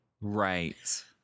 Right